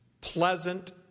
Pleasant